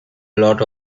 lot